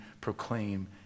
proclaim